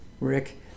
Rick